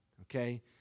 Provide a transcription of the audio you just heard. Okay